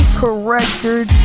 corrected